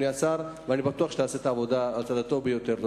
אני בטוח שתעשה את העבודה על הצד הטוב ביותר.